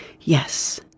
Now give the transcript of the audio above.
Yes